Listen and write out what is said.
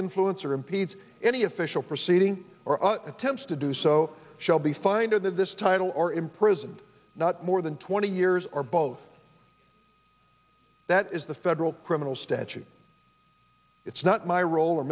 influence or impedes any official proceeding or attempts to do so shall be fined or this title or imprisoned not more than twenty years or both that is the federal criminal statute it's not my role or